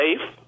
safe